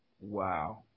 wow